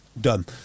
Done